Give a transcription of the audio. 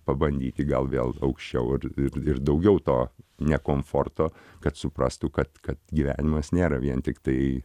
pabandyti gal vėl aukščiau ir ir daugiau to ne komforto kad suprastų kad kad gyvenimas nėra vien tiktai